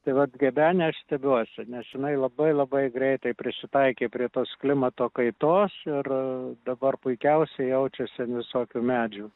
tai vat gebene aš stebiuosi nes jinai labai labai greitai prisitaikė prie tos klimato kaitos ir dabar puikiausiai jaučiasi an visokių medžių